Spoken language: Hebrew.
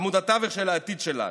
עמוד התווך של העתיד שלנו,